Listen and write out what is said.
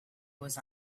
was